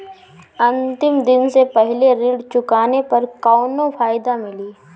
अंतिम दिन से पहले ऋण चुकाने पर कौनो फायदा मिली?